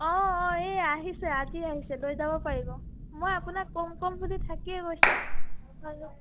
অঁ অঁ এই আহিছে আজি আহিছে লৈ যাব পাৰিব মই আপোনাক ক'ম ক'ম বুলি থাকিয়েই গৈছে